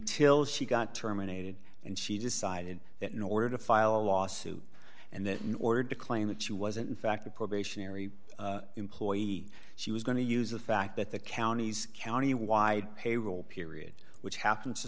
til she got terminated and she decided that no order to file a lawsuit and that in order to claim that she wasn't in fact a probationary employee she was going to use the fact that the county's countywide payroll period which happens to